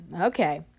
Okay